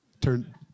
Turn